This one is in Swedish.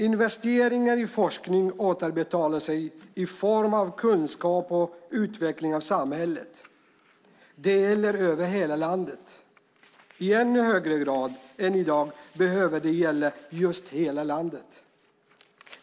Investeringar i forskning återbetalar sig i form av kunskap och utveckling av samhället. Det gäller över hela landet. I ännu högre grad än i dag behöver det gälla just hela landet.